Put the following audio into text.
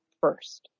first